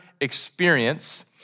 experience